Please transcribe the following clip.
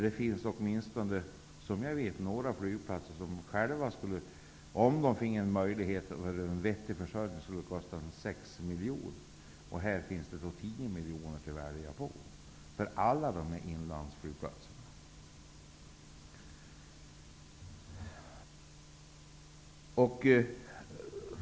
Det finns åtminstone vad jag vet några flygplatser som, om de finge en möjlighet till en vettig försörjning, själva skulle kosta 6 miljoner. Här finns det då 10 miljarder att välja på för alla inlandsflygplatserna.